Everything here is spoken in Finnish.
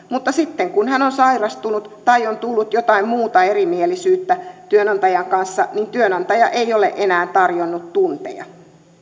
mutta sitten kun hän on sairastunut tai on tullut jotain muuta erimielisyyttä työnantajan kanssa niin työnantaja ei ole enää tarjonnut tunteja